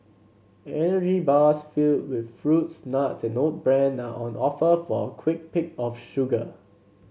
energy bars filled with fruits nuts and oat bran are on offer for a quick pick of sugar